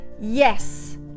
yes